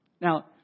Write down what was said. Now